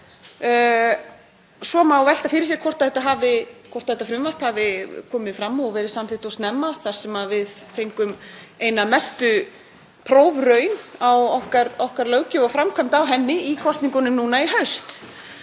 Svo má velta fyrir sér hvort þetta frumvarp hafi komið fram og verið samþykkt of snemma þar sem við fengum eina mestu prófraun á okkar löggjöf og framkvæmd á henni í kosningunum nú í haust.